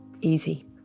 easy